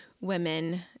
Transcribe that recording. women